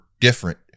different